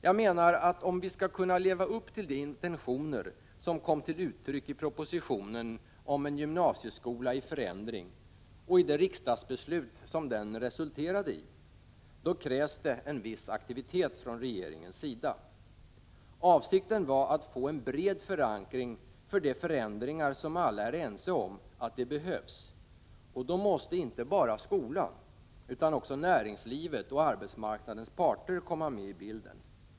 Jag menar att om vi skall kunna leva upp till de intentioner som kom till uttryck i propositionen om en gymnasieskola i förändring och i det riksdagsbeslut som den resulterade i, då krävs det en viss aktivitet från regeringens sida. Avsikten var att få en bred förankring för de förändringar som alla är ense om att de behövs, och då måste inte bara skolan utan också näringslivet och arbetsmarknadens parter komma med i bilden.